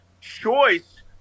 choice